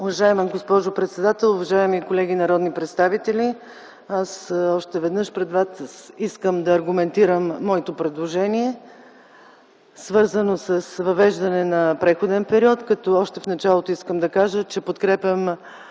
Уважаема госпожо председател, уважаеми колеги народни представители! Още веднъж пред вас искам да аргументирам моето предложение, свързано с въвеждане на преходен период, като още в началото искам да кажа, че подкрепям